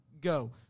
go